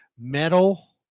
metal